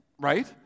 right